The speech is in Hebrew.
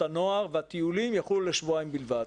הנוער והטיולים יחולו לשבועיים בלבד.